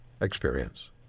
experience